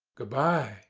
good-bye,